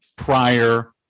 prior